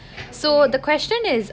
okay